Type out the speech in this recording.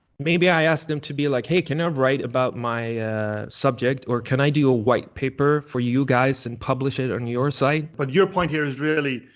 maybe i ask them to be like, hey, can you ah write about my subject or can i do a white paper for you guys and publish it on your site? but your point here is really,